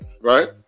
right